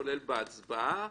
כולל בהצבעה.